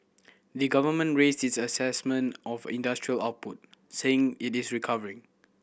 the government raised its assessment of industrial output saying it is recovering